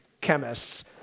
chemists